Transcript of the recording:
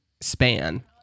span